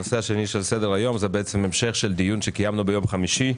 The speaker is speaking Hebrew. הנושא השני על סדר-היום הוא המשך דיון שקיימנו ביום חמישי: